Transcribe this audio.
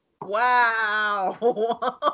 Wow